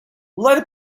light